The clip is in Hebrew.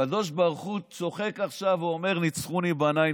הקדוש ברוך הוא צוחק עכשיו ואומר: ניצחוני בניי,